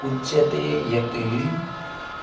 उच्यते यत्